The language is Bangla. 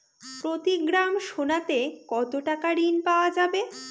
প্রতি গ্রাম সোনাতে কত টাকা ঋণ পাওয়া যাবে?